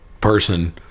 person